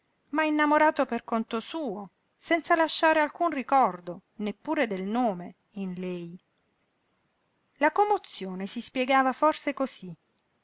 ma innamorato per conto suo senza lasciare alcun ricordo neppure del nome in lei la commozione si spiegava forse cosí